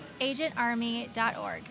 agentarmy.org